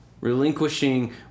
relinquishing